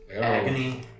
Agony